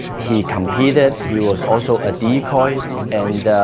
he competed he was also a decoy and